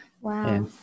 Wow